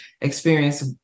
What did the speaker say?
experience